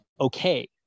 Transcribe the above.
Okay